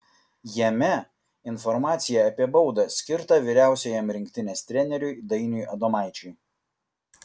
jame informacija apie baudą skirtą vyriausiajam rinktinės treneriui dainiui adomaičiui